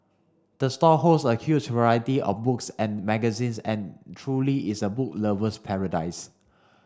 the store holds a huge variety of books and magazines and truly is a book lover's paradise